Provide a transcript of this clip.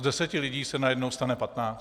Z deseti lidí se najednou stane patnáct.